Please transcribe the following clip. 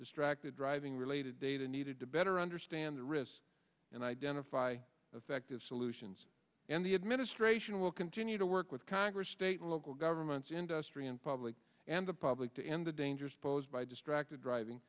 distract the driving related data needed to better understand the risks and identify effective solutions and the administration will continue to work with congress state and local governments industry and public and the public to end the dangers posed by distracted driving